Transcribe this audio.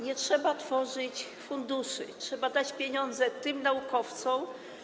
Nie trzeba tworzyć funduszy, trzeba dać pieniądze naukowcom.